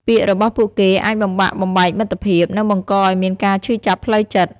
ពាក្យរបស់ពួកគេអាចបំបាក់បំបែកមិត្តភាព និងបង្កឲ្យមានការឈឺចាប់ផ្លូវចិត្ត។